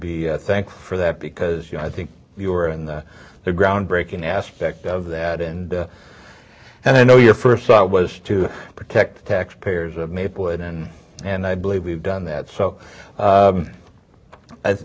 be thankful for that because you know i think you are and the groundbreaking aspect of that and and i know your first thought was to protect the taxpayers of maplewood and and i believe we've done that so